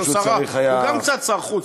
לא, הוא גם קצת שר חוץ.